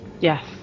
Yes